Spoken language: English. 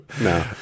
No